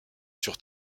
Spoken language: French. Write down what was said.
sur